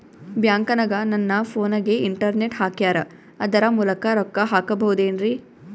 ಬ್ಯಾಂಕನಗ ನನ್ನ ಫೋನಗೆ ಇಂಟರ್ನೆಟ್ ಹಾಕ್ಯಾರ ಅದರ ಮೂಲಕ ರೊಕ್ಕ ಹಾಕಬಹುದೇನ್ರಿ?